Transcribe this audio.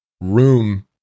room